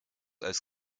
als